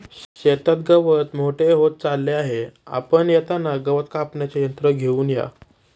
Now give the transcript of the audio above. शेतात गवत मोठे होत चालले आहे, आपण येताना गवत कापण्याचे यंत्र घेऊन या